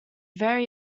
very